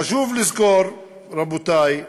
חשוב לזכור, רבותי,